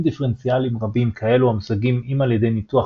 עם דיפרנציאלים רבים כאלו המושגים אם על ידי ניתוח